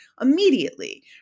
immediately